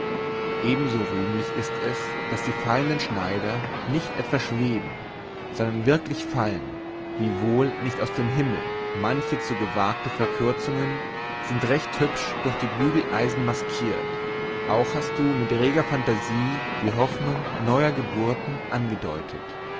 ebenso rühmlich ist es daß die fallenden schneider nicht etwa schweben sondern wirklich fallen wiewohl nicht aus dem himmel manche zu gewagte verkürzungen sind recht hübsch durch die bügeleisen maskiert auch hast du mit reger fantasie die hoffnung neuer geburten angedeutet